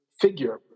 figure